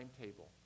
timetable